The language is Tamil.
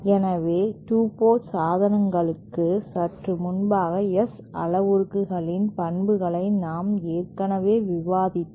எனவே 2 போர்ட் சாதனங்களுக்கு சற்று முன்பாக S அளவுருக்களின் பண்புகளை நாம் ஏற்கனவே விவாதித்தோம்